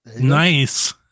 nice